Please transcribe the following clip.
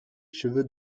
cheveux